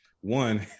one